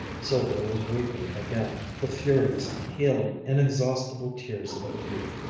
sylvia was weeping again, the furious, healing, inexhaustible tears of youth.